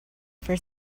for